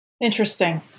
Interesting